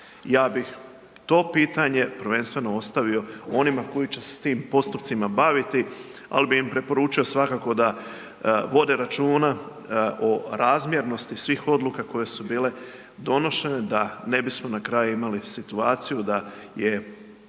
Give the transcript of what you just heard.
Ja bih to pitanje prvenstveno ostavio onima koji će se s tim postupcima baviti, ali bi im preporučio svakako da vode računa o razmjernosti svih odluka koje su bile donošene da ne bismo na kraju imali situaciju da je